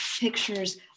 pictures